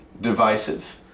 divisive